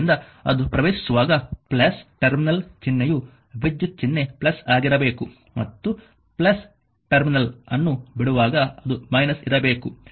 ಆದ್ದರಿಂದ ಅದು ಪ್ರವೇಶಿಸುವಾಗ ಟರ್ಮಿನಲ್ ಚಿಹ್ನೆಯು ವಿದ್ಯುತ್ ಚಿಹ್ನೆ ಆಗಿರಬೇಕು ಮತ್ತು ಟರ್ಮಿನಲ್ ಅನ್ನು ಬಿಡುವಾಗ ಅದು ಇರಬೇಕು